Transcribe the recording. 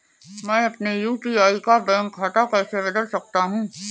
मैं अपने यू.पी.आई का बैंक खाता कैसे बदल सकता हूँ?